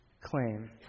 claim